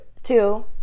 two